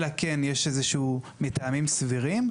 אלא כן יש איזה שהוא מתאמים סבירים.